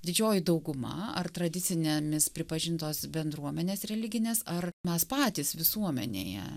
didžioji dauguma ar tradicinėmis pripažintos bendruomenės religinės ar mes patys visuomenėje